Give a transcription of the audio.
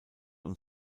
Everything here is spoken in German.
und